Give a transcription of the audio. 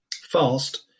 fast